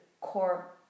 core